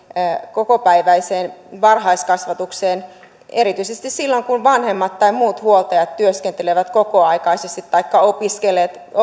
kokopäiväiseen varhaiskasvatukseen erityisesti silloin kun vanhemmat tai muut huoltajat työskentelevät kokoaikaisesti taikka opiskelevat